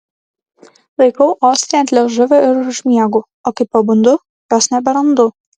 laikau ostiją ant liežuvio ir užmiegu o kai pabundu jos neberandu